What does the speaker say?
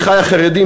אחי החרדים,